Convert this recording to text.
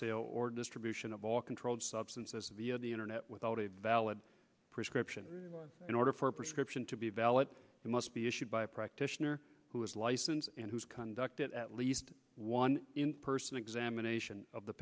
sale or distribution of all controlled substances via the internet without a valid prescription in order for prescription to be valid must be issued by a practitioner who is licensed and whose conduct at least one person examination of the